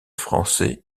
français